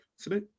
today